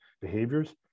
behaviors